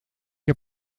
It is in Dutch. heb